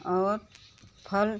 और फल